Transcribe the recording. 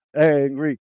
Angry